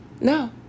No